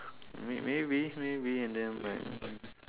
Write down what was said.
maybe maybe and then like